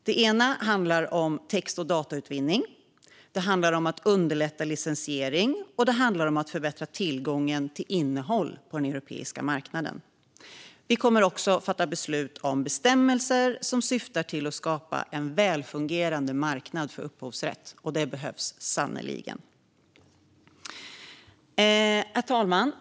Det handlar om text och datautvinning, om att underlätta licensiering och om att förbättra tillgången till innehåll på den europeiska marknaden. Det kommer också att fattas beslut om bestämmelser som syftar till att skapa en välfungerande marknad för upphovsrätt, och det behövs sannerligen. Herr talman!